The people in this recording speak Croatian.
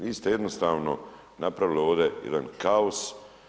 Vi ste jednostavno napravili ovdje jedan kaos.